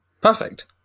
Perfect